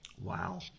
Wow